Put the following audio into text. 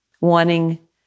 wanting